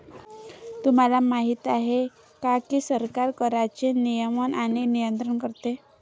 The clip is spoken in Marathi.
तुम्हाला माहिती आहे का की सरकार कराचे नियमन आणि नियंत्रण करते